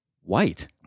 white